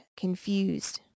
confused